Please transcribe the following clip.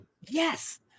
yes